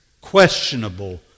questionable